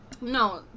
no